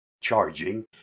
charging